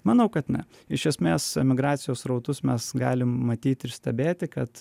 manau kad ne iš esmes emigracijos srautus mes galim matyt ir stebėti kad